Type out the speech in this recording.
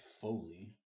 Foley